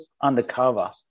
undercover